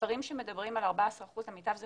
המספרים שמדברים על 14% הם, למיטב זיכרוני,